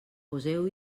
poseu